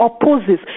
opposes